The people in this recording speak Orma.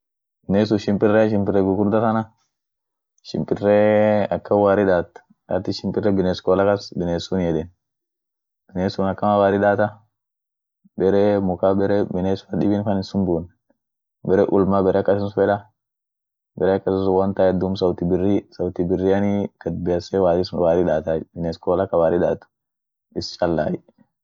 biness sun shimpirea shimpire gugurda tana shimpiree akan wari daat shimpire bines kola kas biness suni yeden, binessun akama waridaata, beree muka bere biness fan biness dibin hinsumbuun, bere ulma bere akasi sun feeda, bere akasi sun woinin taetduum sauti birri sauti birianii gadbese warisun waridaatay, bines koola ka wari daat is challay.